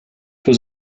was